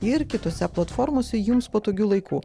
ir kitose platformose jums patogiu laiku